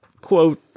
quote